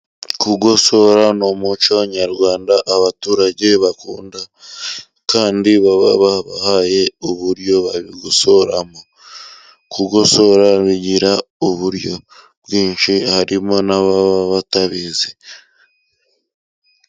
Kugosora ni umuco nyarwanda abaturage bakunda ,kandi baba babahaye uburyo babigosoramo .Kugosora bigira uburyo bwinshi, harimo n'ababa batabizi.